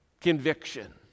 conviction